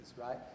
right